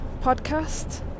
podcast